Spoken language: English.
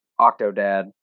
Octodad